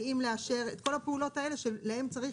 האם לאשר את כל הפעולות האלה שלהן צריך